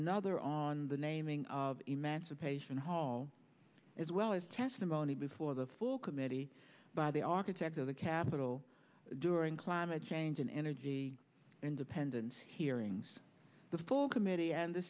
another on the naming of emancipation hall as well as testimony before the full committee by the architect of the capitol during climate change and energy independence hearings the full committee and the